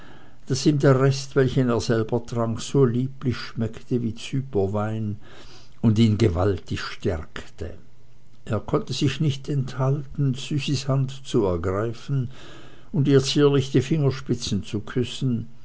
daß ihm der rest welchen er selber trank so lieblich schmeckte wie zyperwein und ihn gewaltig stärkte er konnte sich nicht enthalten züsis hand zu ergreifen und ihr zierlich die fingerspitzen zu küssen